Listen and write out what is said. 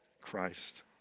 Christ